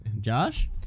Josh